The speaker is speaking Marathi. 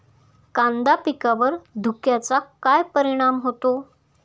कांदा पिकावर धुक्याचा काय परिणाम होतो?